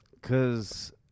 Cause